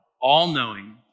all-knowing